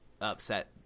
upset